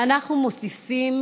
ואנחנו מוסיפים